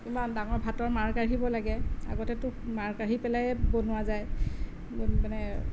ইমান ডাঙৰ ভাতৰ মাৰ কাঢ়িব লাগে আগতেতো মাৰ কাঢ়ি পেলায়ে বনোৱা যায় মানে